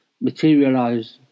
materialize